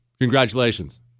Congratulations